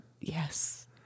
Yes